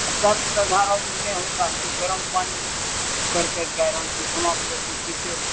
सर्वसाधारण नहीं होता हमको गर्म पानी कर करके आइरन को समाप्त करके पीते हैं